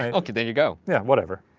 right. okay, there you go. yeah, whatever.